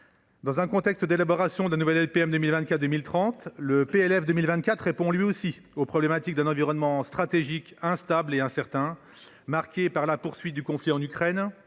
Dans le contexte de l’élaboration de la nouvelle LPM 2024 2030, le PLF 2024 répond, lui aussi, aux problématiques d’un environnement stratégique instable et incertain, marqué par la poursuite du conflit en Ukraine,